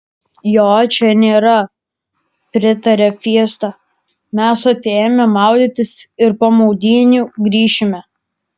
jo čia nėra pritarė fiesta mes atėjome maudytis ir po maudynių grįšime